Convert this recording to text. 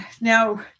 now